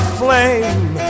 Aflame